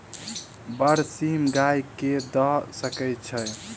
बरसीम गाय कऽ दऽ सकय छीयै?